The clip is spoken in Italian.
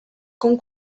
con